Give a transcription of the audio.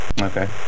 Okay